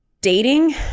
dating